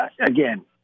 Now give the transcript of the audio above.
Again